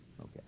Okay